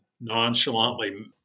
nonchalantly